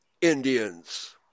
Indians